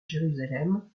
jérusalem